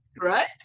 right